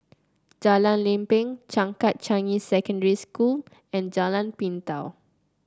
Jalan Lempeng Changkat Changi Secondary School and Jalan Pintau